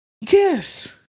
yes